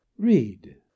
Read